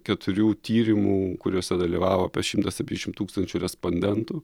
keturių tyrimų kuriuose dalyvavo apie šimtą septyniasdešimt tūkstančių respondentų